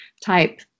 type